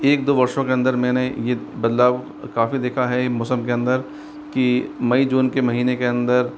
एक दो वर्षों के अंदर मैंने ये बदलाव काफ़ी देखा है मौसम के अंदर कि मई जून के महीने के अंदर